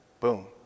boom